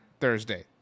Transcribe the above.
Thursday